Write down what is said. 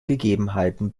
gegebenheiten